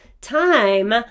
time